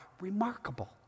Remarkable